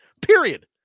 period